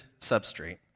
substrate